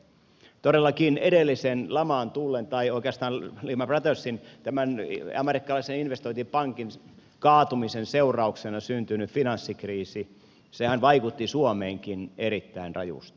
todellakin edellisen laman tullen tai oikeastaan lehman brothersin tämän amerikkalaisen investointipankin kaatumisen seurauksena syntynyt finanssikriisihän vaikutti suomeenkin erittäin rajusti